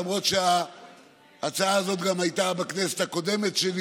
למרות שההצעה הזאת שלי הייתה גם בכנסת הקודמת,